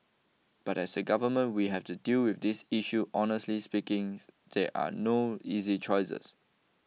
but as a government we have to deal with this issue honestly speaking there are no easy choices